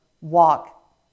walk